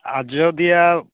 ᱟᱡᱚᱫᱤᱭᱟ